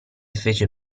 fece